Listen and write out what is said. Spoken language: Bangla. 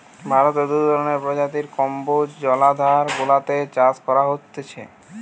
ভারতে দু ধরণের প্রজাতির কম্বোজ জলাধার গুলাতে চাষ করা হতিছে